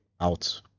out